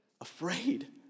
afraid